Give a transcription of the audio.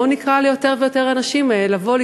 בואו נקרא ליותר ויותר אנשים לבוא,